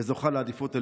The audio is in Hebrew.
וזוכה לעדיפות עליונה.